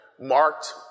marked